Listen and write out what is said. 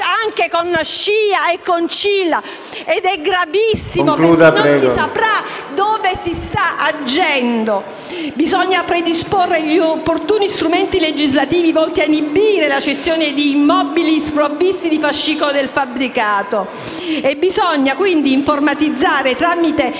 una con CILA), il che è gravissimo, perché non si saprà dove si sta agendo. Bisogna inoltre predisporre gli opportuni strumenti legislativi volti ad inibire la cessione di immobili sprovvisti di fascicolo del fabbricato e bisogna quindi informatizzare tramite il SIT, il